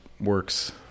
works